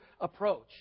approach